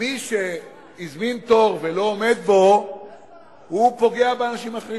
מי שהזמין תור ולא עומד בו פוגע באנשים אחרים.